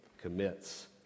commits